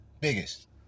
Biggest